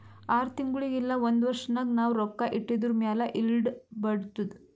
R ತಿಂಗುಳಿಗ್ ಇಲ್ಲ ಒಂದ್ ವರ್ಷ ನಾಗ್ ನಾವ್ ರೊಕ್ಕಾ ಇಟ್ಟಿದುರ್ ಮ್ಯಾಲ ಈಲ್ಡ್ ಬರ್ತುದ್